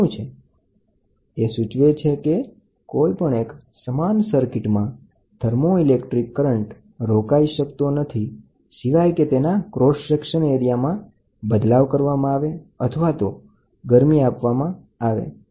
thermocouple સરકીટનો સિદ્ધાંત સૂચવે છે કે કોઈપણ એક સમાન પદાર્થની સર્કિટમાં થર્મોઇલેક્ટ્રિક કરંટ રોકાઈ શકતો નથી સિવાય કે આડછેદમા બદલાવ અને એકલી ગરમીની પ્રક્રિયા